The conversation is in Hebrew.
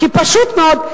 כי פשוט מאוד,